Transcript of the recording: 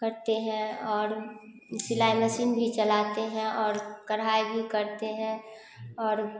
करते हैं और सिलाई मशीन भी चलाते हैं और कढ़ाई भी करते हैं और